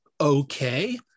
okay